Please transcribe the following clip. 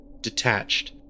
detached